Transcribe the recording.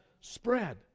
spread